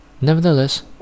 Nevertheless